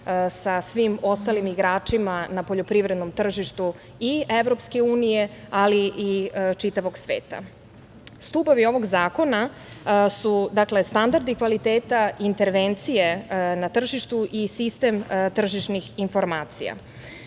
sa svim ostalim igračima na poljoprivrednom tržištu i EU, ali i čitavog sveta. Stubovi ovog zakona su dakle, standardi kvaliteta, intervencije na tržištu i sistem tržišnih informacija.